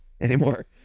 anymore